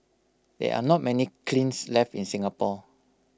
there are not many kilns left in Singapore